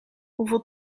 hoeveel